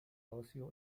ocio